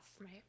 Right